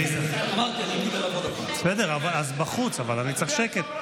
עליזה, בסדר, אז בחוץ, אבל אני צריך שקט.